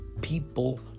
people